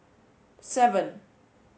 seven